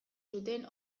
zuten